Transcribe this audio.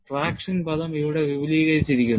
traction പദം ഇവിടെ വിപുലീകരിക്കുന്നു